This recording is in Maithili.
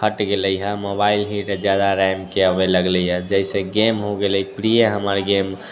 हट गेलै हऽ मोबाइल ही जादा रैम के आबे लगलै यऽ जैसे गेम हो गेलै प्रिय हमर गेम